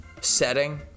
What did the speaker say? setting